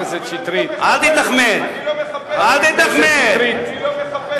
אני לא מחפש לא צריך להיות פופוליסטי.